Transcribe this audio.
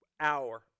hour